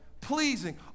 pleasing